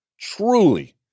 truly